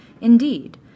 indeed